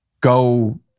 go